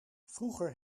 vroeger